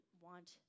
want